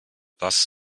was